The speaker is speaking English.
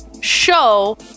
show